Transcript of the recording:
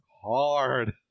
hard